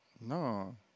No